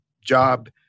job